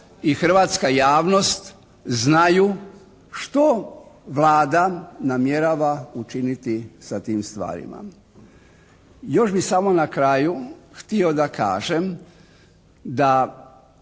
i hrvatska javnost znaju što Vlada namjerava učiniti sa tim stvarima. Još bih samo na kraju htio da kažem da